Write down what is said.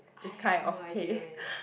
I have no idea man